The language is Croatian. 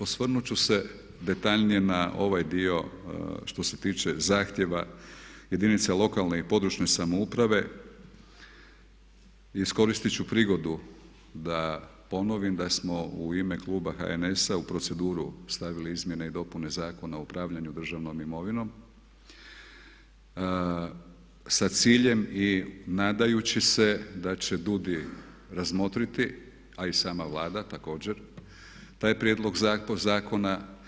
Osvrnut ću se detaljnije na ovaj dio što se tiče zahtjeva jedinica lokalne i područne samouprave i iskoristit ću prigodu da smo u ime kluba HNS-a u proceduru stavili izmjene i dopune Zakona o upravljanju državnom imovinom sa ciljem i nadajući se da će DUUDI razmotriti a i sama Vlada također taj prijedlog zakona.